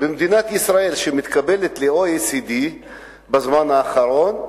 במדינת ישראל שמתקבלת ל-OECD בזמן האחרון,